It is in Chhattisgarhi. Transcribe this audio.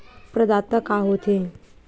प्रदाता का हो थे?